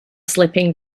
slipping